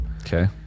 Okay